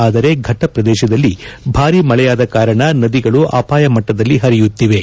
ಆದರೆ ಘಟ್ಟ ಪ್ರದೇಶದಲ್ಲಿ ಭಾರೀ ಮಳೆಯಾದ ಕಾರಣ ನದಿಗಳು ಅಪಾಯ ಮಟ್ಟದಲ್ಲಿ ಹರಿಯುತ್ತಿವೆ